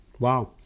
Wow